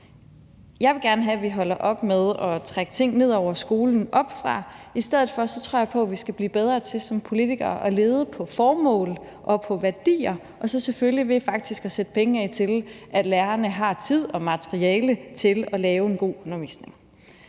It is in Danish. Jeg vil gerne have, at vi holder op med at trække ting ned over skolen oppefra. I stedet for tror jeg på, at vi skal blive bedre til som politikere at lede på formål og på værdier og så selvfølgelig ved faktisk at sætte penge af til, at lærerne har tid og materiale til at lave en god undervisning.